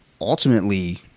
ultimately